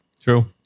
True